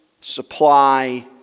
supply